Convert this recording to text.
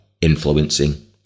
influencing